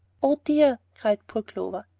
oh, dear, cried poor clover,